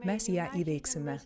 mes ją įveiksime